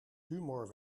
humor